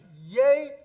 Yay